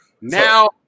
now